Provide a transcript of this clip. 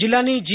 જીલ્લાની જી